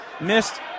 Missed